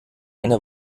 eine